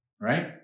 right